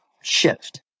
shift